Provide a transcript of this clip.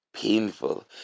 painful